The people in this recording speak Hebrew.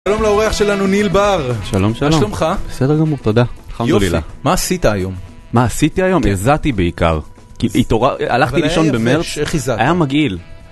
שלום לעורך שלנו ניל באר, שלום שלום! מה שלומך? בסדר גמור, תודה. יופי, מה עשית היום? מה עשיתי היום? הזעתי בעיקר, הלכתי לישון במרץ, היה מגעיל.